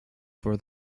for